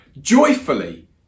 joyfully